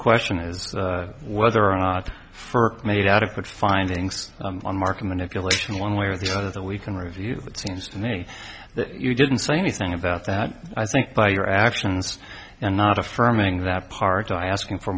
question is whether or not the first made adequate findings on market manipulation one way or the other that we can review it seems to me that you didn't say anything about that i think by your actions and not affirming that part i asking for